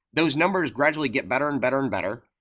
those numbers gradually get better and better, and better,